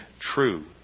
true